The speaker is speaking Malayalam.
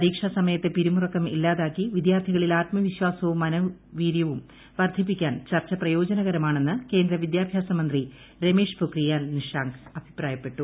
പരീക്ഷാ സമയ്ത്ത്ത് ്പിരിമുറുക്കം ഇല്ലാതാക്കി വിദ്യാർത്ഥികളിൽ ആത്മവിശ്വാസിവും മനോവീര്യവും വർദ്ധിപ്പിക്കാൻ ചർച്ച പ്രയോജനകരമാണെന്ന് കേന്ദ്ര വിദ്യാഭ്യാസ മന്ത്രി രമേഷ് പൊഖ്രിയാൽ നിഷാങ്ക് അഭിപ്രായപ്പെട്ടു